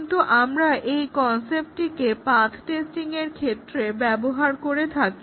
কিন্তু আমরা এই কনসেপ্টটিকে পাথ টেস্টিংয়ের ক্ষেত্রে ব্যবহার করে থাকি